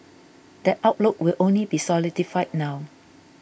that outlook will only be solidified now